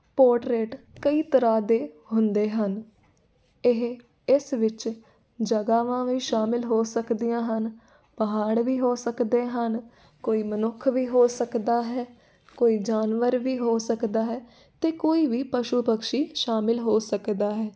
portrait ਕਈ ਤਰ੍ਹਾਂ ਦੇ ਹੁੰਦੇ ਹਨ ਇਹ ਇਸ ਵਿੱਚ ਜਗ੍ਹਾਵਾਂ ਵੀ ਸ਼ਾਮਿਲ ਹੋ ਸਕਦੀਆਂ ਹਨ ਪਹਾੜ ਵੀ ਹੋ ਸਕਦੇ ਹਨ ਕੋਈ ਮਨੁੱਖ ਵੀ ਹੋ ਸਕਦਾ ਹੈ ਕੋਈ ਜਾਨਵਰ ਵੀ ਹੋ ਸਕਦਾ ਹੈ ਅਤੇ ਕੋਈ ਵੀ ਪਸ਼ੂ ਪਕਸ਼ੀ ਸ਼ਾਮਿਲ ਹੋ ਸਕਦਾ ਹੈ